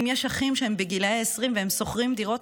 אם יש אחים שהם בגילי העשרים והם שוכרים דירות,